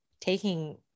taking